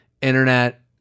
internet